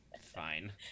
Fine